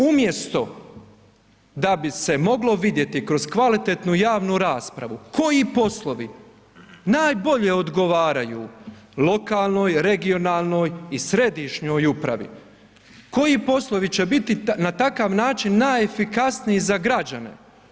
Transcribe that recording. Umjesto da bi se moglo vidjeti kroz kvalitetnu javnu raspravu koji poslovi najbolje odgovaraju lokalnoj, regionalnoj i središnjoj upravi, koji poslovi će biti na takav način najefikasniji za građane.